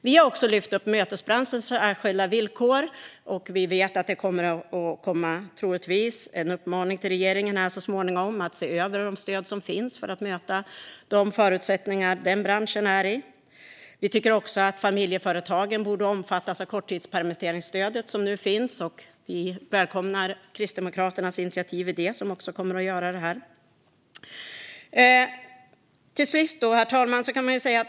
Vi har också lyft upp mötesbranschens särskilda villkor, och vi vet att det troligtvis kommer att komma en uppmaning till regeringen här så småningom om att se över de stöd som finns för att möta de förutsättningar som den branschen har. Vi tycker också att familjeföretagen borde omfattas av korttidspermitteringsstödet som nu finns. Vi välkomnar Kristdemokraternas initiativ till det. Herr talman!